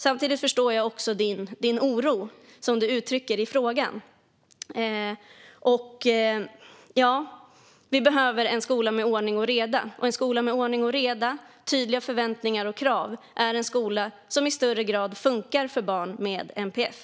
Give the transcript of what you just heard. Samtidigt förstår jag den oro du uttrycker, Linus Sköld. Men en skola med ordning och reda och tydliga förväntningar och krav är en skola som i högre grad funkar för barn med NPF.